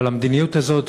אבל המדיניות הזאת,